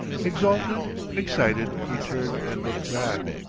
exalted, excited, he turned and looked back.